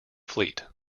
fleet